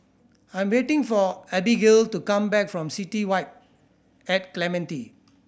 I'm waiting for Abigail to come back from City Vibe at Clementi